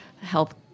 health